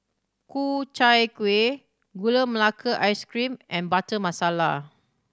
Ku Chai Kuih Gula Melaka Ice Cream and Butter Masala